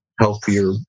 healthier